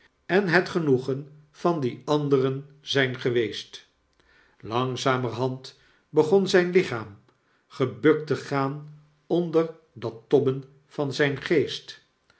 en het genoegen van dien anderen zyn geweest langzamerhand begon zijn lichaam gebukt te gaan onder dat tobben van zyn geest